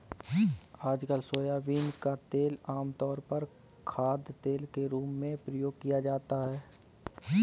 आजकल सोयाबीन का तेल आमतौर पर खाद्यतेल के रूप में प्रयोग किया जाता है